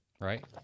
right